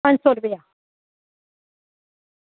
पंज सौ रपेआ